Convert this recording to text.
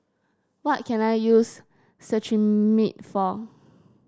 what can I use Cetrimide for